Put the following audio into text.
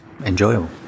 Enjoyable